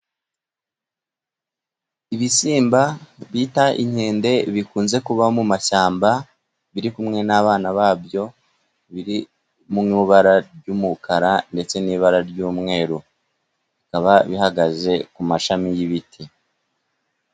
Ibisimba bita inkende bikunze kuba mu mashyamba biri kumwe n'abana baby, biri mu ibara ry'umukara ndetse n'ibara ry'umweru. Bikaba bihagaze ku mashami y'ibiti.